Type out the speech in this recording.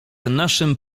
naszym